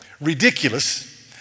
ridiculous